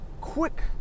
quick